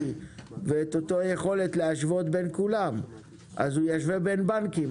ואת היכולת להשוות בין כולם אז הוא ישווה בין בנקים,